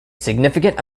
significant